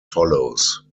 follows